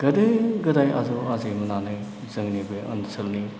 गोदो गोदाय आजै आजौमोनानो जोंनि बे ओनसोलनि